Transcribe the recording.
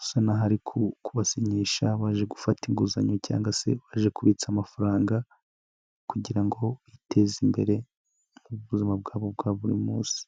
asa n'ahari kubasinyisha baje gufata inguzanyo cyangwa se baje kubitsa amafaranga kugira ngo biteze imbere mu buzima bwabo bwa buri munsi.